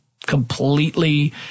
Completely